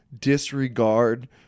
disregard